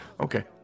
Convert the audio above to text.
Okay